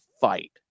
fight